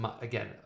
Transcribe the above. again